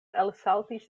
elsaltis